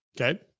Okay